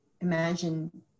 imagine